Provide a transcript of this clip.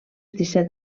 disset